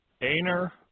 Aner